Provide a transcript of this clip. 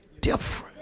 different